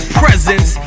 presence